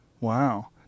Wow